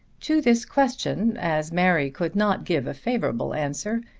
to this question, as mary could not give a favourable answer,